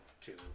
two